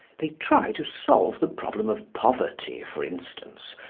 they try to solve the problem of poverty, for instance,